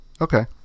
Okay